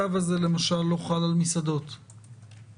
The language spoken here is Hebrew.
צו הזה למשל לא חל על מסעדות, נכון?